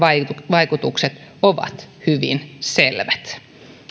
vaikutukset ovat hyvin selvät